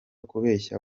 kubeshya